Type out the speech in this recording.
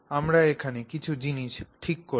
আমরা এখানে কিছু জিনিস ঠিক করব